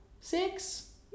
Six